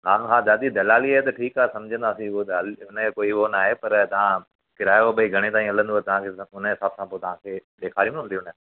हा हा दादी दलाली आहे त ठीक आहे समझंदासीं उहा ॻाल्हि हुनयो कोई हुवो न आहे पर तां किरायो भई घणे ताईं हलंदव तव्हांखे हुनये हिसाब सां पो तव्हांखे ॾेखारींदुमि न